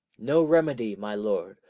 no remedy, my lord,